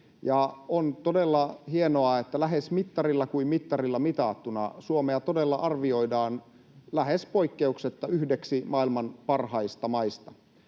on todella hienoa, että lähes mittarilla kuin mittarilla mitattuna Suomea todella arvioidaan lähes poikkeuksetta yhdeksi maailman parhaista maista.